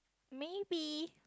maybe